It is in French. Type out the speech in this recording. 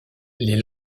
les